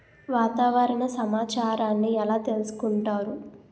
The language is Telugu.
వాతావరణ సమాచారాన్ని ఎలా తెలుసుకుంటారు?